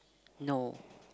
no